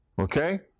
Okay